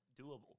doable